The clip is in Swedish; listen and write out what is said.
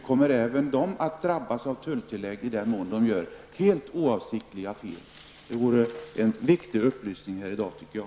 Kommer företagen att drabbas av tulltillägg i den mån de gör helt oavsiktliga fel? Det vore en viktig upplysning att få här i dag.